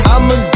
I'ma